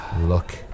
Look